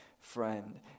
friend